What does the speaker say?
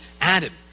Adam